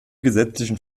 gesetzlichen